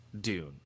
Dune